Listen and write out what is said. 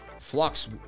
Flux